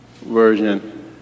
Version